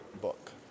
book